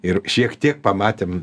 ir šiek tiek pamatėm